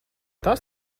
tas